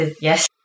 yes